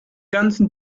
ganzen